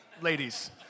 ladies